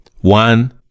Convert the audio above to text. One